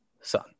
son